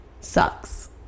sucks